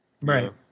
Right